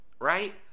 right